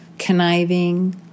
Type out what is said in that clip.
conniving